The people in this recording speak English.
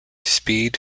speed